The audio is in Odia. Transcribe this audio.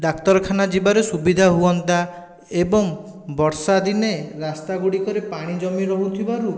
ଡାକ୍ତରଖାନା ଯିବାରେ ସୁବିଧା ହୁଅନ୍ତା ଏବଂ ବର୍ଷା ଦିନେ ରାସ୍ତାଗୁଡ଼ିକରେ ପାଣି ଜମି ରହୁଥିବାରୁ